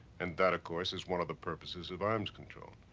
and that, of course, is one of the purposes of arms control,